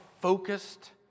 focused